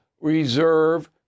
reserve